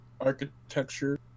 architecture